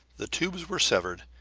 the tubes were severed,